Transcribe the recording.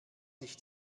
sich